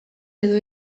edo